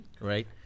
right